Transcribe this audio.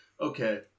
Okay